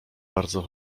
bardzo